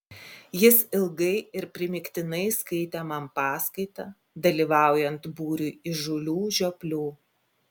jis ilgai ir primygtinai skaitė man paskaitą dalyvaujant būriui įžūlių žioplių